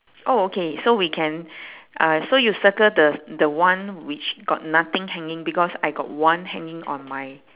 oh okay so we can uh so you circle the the one which got nothing hanging because I got one hanging on my